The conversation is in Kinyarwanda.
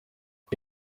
uko